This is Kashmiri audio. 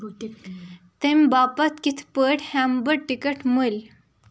تَمہِ باپَتھ کِتھ پٲٹھۍ ہٮ۪مہٕ بہٕ ٹِکَٹ مٔلۍ